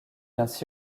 ainsi